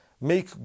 make